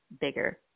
bigger